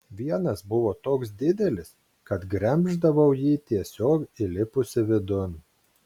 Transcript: vienas buvo toks didelis kad gremždavau jį tiesiog įlipusi vidun